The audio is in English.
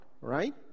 right